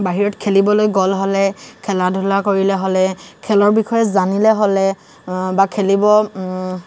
বাহিৰত খেলিবলৈ গ'ল হ'লে খেলা ধূলা কৰিলে হ'লে খেলৰ বিষয়ে জানিলে হ'লে বা খেলিব